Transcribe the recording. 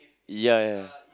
ya